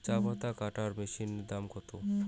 চাপাতা কাটর মেশিনের দাম কত?